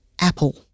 apple